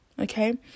okay